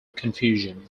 confusion